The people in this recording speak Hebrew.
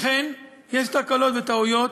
אכן, יש תקלות וטעויות,